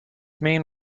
main